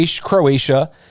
Croatia